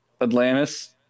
Atlantis